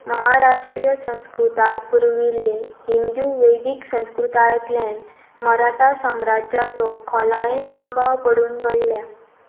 महाराष्ट्रीय संस्कृताय पुरर्विल्ले हिंद्युवैदीक संस्कृतायंतल्यान मराठा साम्राज्याचो खोलायेन प्रभाव पडून घडल्या